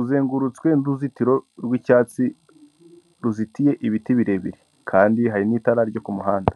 Uzengurutswe n'uruzitiro rw'icyatsi ruzitiye ibiti birebire kandi hari n'itara ryo ku muhanda.